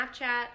Snapchat